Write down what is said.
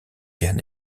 bien